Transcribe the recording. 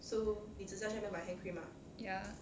ya